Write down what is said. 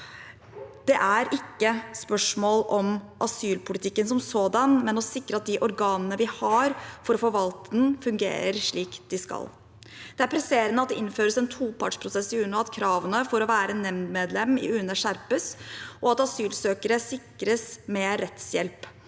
Det er ikke et spørsmål om asylpolitikken som sådan, men om å sikre at de organene vi har for å forvalte den, fungerer slik de skal. Det er presserende at det innføres en topartsprosess i UNE, at kravene for å være nemndmedlem i UNE skjerpes, og at asylsøkere sikres mer rettshjelp.